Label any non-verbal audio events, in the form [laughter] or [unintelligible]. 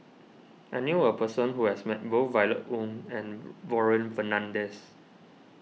I knew a person who has met both Violet Oon and [unintelligible] Warren Fernandez